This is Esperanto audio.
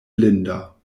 blinda